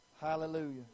Hallelujah